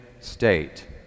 state